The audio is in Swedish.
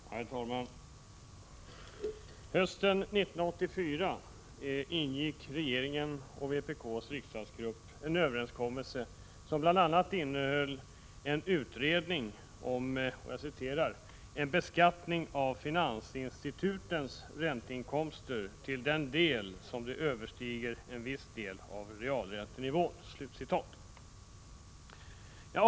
Herr talman! Hösten 1984 ingick regeringen och vpk:s riksdagsgrupp en överenskommelse som bl.a. innehöll en utredning om ”en beskattning av finansinstitutens ränteinkomster till den del som de överstiger en viss del av realräntenivån”.